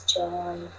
Joy